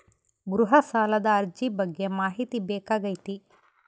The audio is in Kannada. ಗೃಹ ಸಾಲದ ಅರ್ಜಿ ಬಗ್ಗೆ ಮಾಹಿತಿ ಬೇಕಾಗೈತಿ?